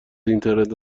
اینترنت